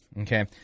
okay